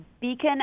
beacon